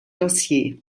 dossier